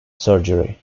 surgery